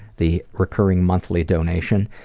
the recurring monthly donation.